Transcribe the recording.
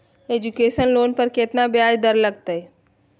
Education loan पर केतना ब्याज दर लगतई?